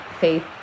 faith